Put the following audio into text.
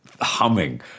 humming